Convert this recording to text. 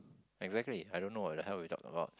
exactly I don't know what the hell we talk about